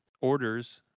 orders